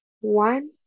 one